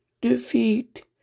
defeat